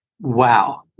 Wow